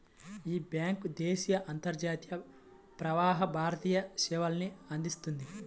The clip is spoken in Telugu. యీ బ్యేంకు దేశీయ, అంతర్జాతీయ, ప్రవాస భారతీయ సేవల్ని అందిస్తది